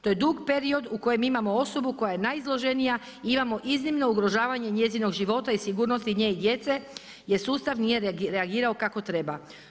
To je dug period u kojem imamo osobu koja je najizloženija, imamo iznimno ugrožavanje njezinog života i sigurnosti nje i djece, jer sustav nije reagirao kako treba.